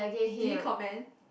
did he comment